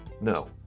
No